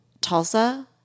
Tulsa